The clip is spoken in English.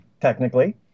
Technically